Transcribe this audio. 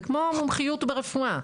זה כמו המומחיות ברפואה,